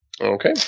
Okay